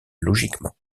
logiquement